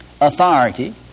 authority